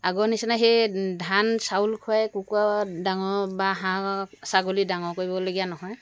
আগৰ নিচিনা সেই ধান চাউল খোৱাই কুকুৰা ডাঙৰ বা হাঁহ ছাগলী ডাঙৰ কৰিবলগীয়া নহয়